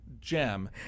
gem